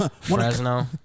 Fresno